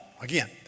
again